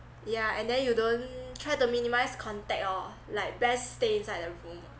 yeah and then you don't try to minimize contact oh like best stay inside the room